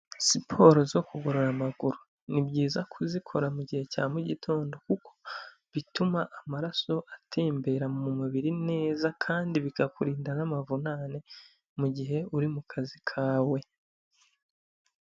Siporo zo kugorora amaguru, ni byiza kuzikora mu gihe cya mugitondo kuko bituma amaraso atembera mu mubiri neza, kandi bikakurinda n'amavunane mu gihe uri kazi kawe.